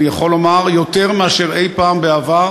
ואני יכול לומר יותר מאשר אי-פעם בעבר,